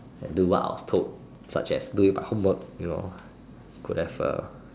and do what I was told such as doing my homework you know could have uh